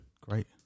Great